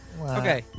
Okay